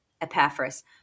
Epaphras